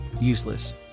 useless